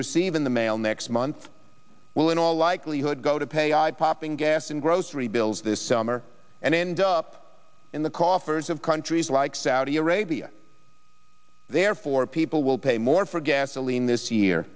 even the mail next month will in all likelihood go to pay eye popping gas and grocery bills this summer and end up in the coffers of countries like saudi arabia therefore people will pay more for gasoline this year